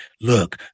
Look